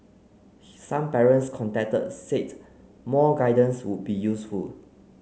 some parents contacted said more guidance would be useful